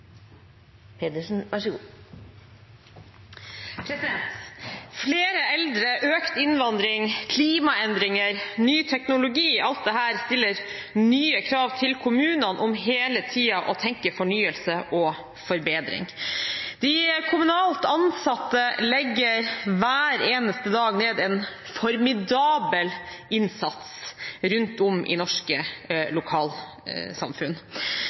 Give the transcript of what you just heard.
eldre, økt innvandring, klimaendringer, ny teknologi – alt dette stiller nye krav til kommunene om hele tiden å tenke fornyelse og forbedring. Kommunalt ansatte legger hver eneste dag ned en formidabel innsats rundt om i norske lokalsamfunn,